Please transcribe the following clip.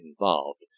involved